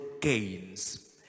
gains